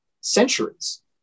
centuries